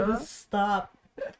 stop